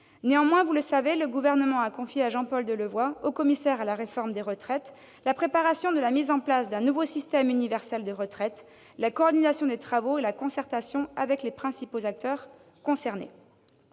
Cependant, vous le savez, le Gouvernement a confié à Jean-Paul Delevoye, haut-commissaire à la réforme des retraites, la préparation de la mise en place d'un nouveau système universel de retraite, la coordination des travaux et la concertation avec les principaux acteurs concernés.